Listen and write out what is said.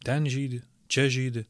ten žydi čia žydi